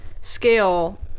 scale